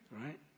Right